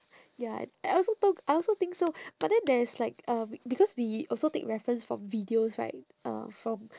ya I I also thought I also think so but then there is like uh be~ because we also take reference from videos right uh from